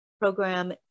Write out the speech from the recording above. program